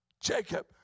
Jacob